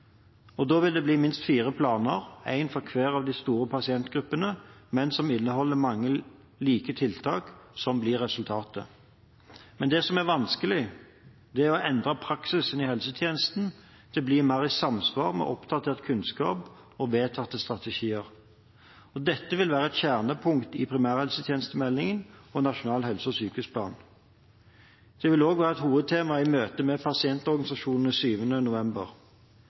Da vil resultatet bli minst fire planer – én for hver av de store pasientgruppene – som inneholder mange like tiltak. Det som er vanskelig, er å endre praksisen i helsetjenesten til å bli mer i samsvar med oppdatert kunnskap og vedtatte strategier. Dette vil være et kjernepunkt i primærhelsetjenestemeldingen og nasjonal helse- og sykehusplan. Det vil også være et hovedtema i møtet med pasientorganisasjonene 7. november.